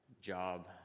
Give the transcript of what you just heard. job